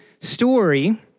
story